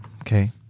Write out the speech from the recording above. Okay